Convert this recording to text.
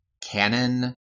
canon